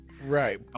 Right